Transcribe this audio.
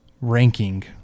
ranking